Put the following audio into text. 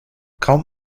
kaum